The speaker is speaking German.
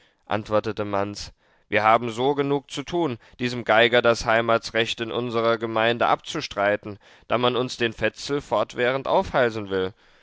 antwortete manz wir haben so genug zu tun diesem geiger das heimatsrecht in unserer gemeinde abzustreiten da man uns den fetzel fortwährend aufhalsen will